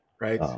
Right